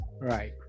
Right